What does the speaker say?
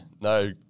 no